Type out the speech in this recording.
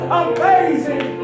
amazing